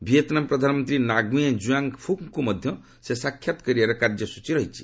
Vietnam ପ୍ରଧାନମନ୍ତ୍ରୀ Nguyen ଜୁଆଙ୍ଗ୍ ଫୁକ୍ଙ୍କୁ ମଧ୍ୟ ଆଜି ସେ ସାକ୍ଷାତ କରିବାର କାର୍ଯ୍ୟସ୍ଚୀ ରହିଛି